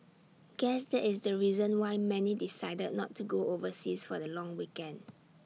guess that is the reason why many decided not to go overseas for the long weekend